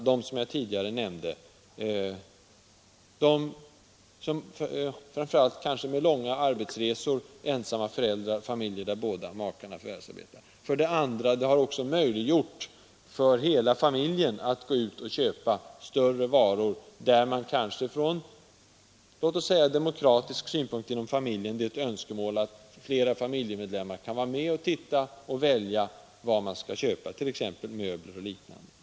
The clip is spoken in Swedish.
Det gäller framför allt människor som har långa resor till och från arbetet, ensamma föräldrar, familjer där båda makarna förvärvsarbetar. För det andra har det möjliggjort för hela familjen att gå ut och köpa större varor. Från demokratisk synpunkt kan det vara ett önskemål att flera familjemedlemmar kan vara med och välja vad man skall köpa, t.ex. när det gäller möbler och liknande varor.